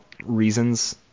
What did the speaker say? reasons